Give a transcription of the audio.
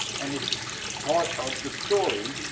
and it's part of the story,